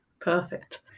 Perfect